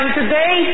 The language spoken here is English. today